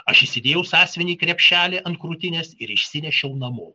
aš įsidėjau sąsiuvinį į krepšelį ant krūtinės ir išsinešiau namo